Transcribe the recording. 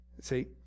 See